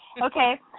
Okay